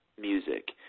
music